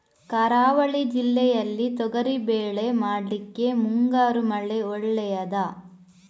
ಕರಾವಳಿ ಜಿಲ್ಲೆಯಲ್ಲಿ ತೊಗರಿಬೇಳೆ ಮಾಡ್ಲಿಕ್ಕೆ ಮುಂಗಾರು ಮಳೆ ಒಳ್ಳೆಯದ?